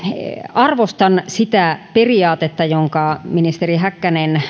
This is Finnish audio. arvostan sitä periaatetta jonka ministeri häkkänen